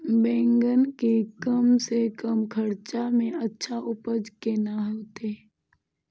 बेंगन के कम से कम खर्चा में अच्छा उपज केना होते?